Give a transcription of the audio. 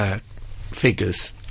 figures